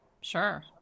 Sure